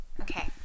Okay